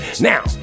Now